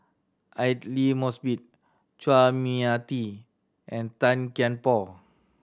Aidli Mosbit Chua Mia Tee and Tan Kian Por